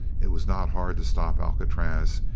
it was not hard to stop alcatraz.